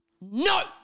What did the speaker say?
No